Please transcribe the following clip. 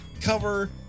cover